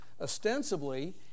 ostensibly